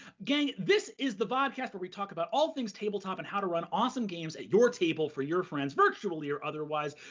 gang, this is the vodcast where we talk about all things tabletop and how to run awesome games at your table for your friends, virtually or otherwise.